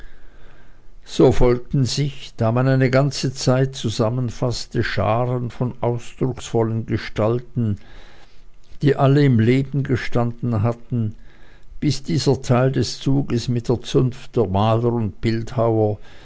so folgten sich da man eine ganze zeit zusammenfaßte scharen von ausdrucksvollen gestalten die alle im leben gestanden hatten bis dieser teil des zuges mit der zunft der maler und bildhauer